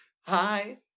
Hi